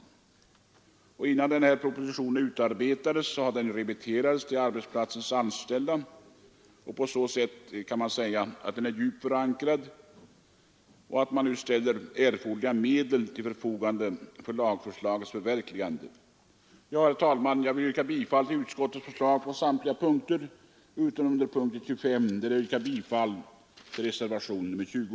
Innan propositionen utarbetades remitterades förslagen till arbetsplatsens anställda. På så sätt kan man säga att de är djupt förankrade. Erforderliga medel ställs nu till förfogande för lagförslagets förverkligande. Herr talman! Jag yrkar bifall till utskottets förslag på samtliga punkter utom på punkten 25, där jag yrkar bifall till reservationen 20.